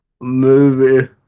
movie